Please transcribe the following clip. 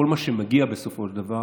כל מה שמגיע בסופו של דבר